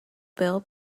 bill